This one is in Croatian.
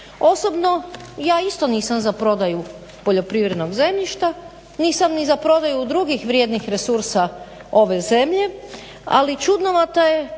Osobno ja isto nisam za prodaju poljoprivrednog zemljišta, nisam ni za prodaju drugih vrijednih resursa ove zemlje ali čudnovata je